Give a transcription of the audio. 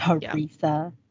Teresa